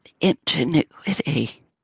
ingenuity